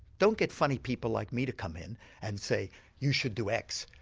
don't get funny people like me to come in and say you should do x,